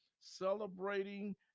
celebrating